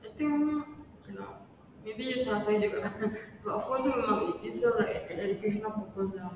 you know maybe you got for you it's got an educational purpose now